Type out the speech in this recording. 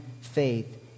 faith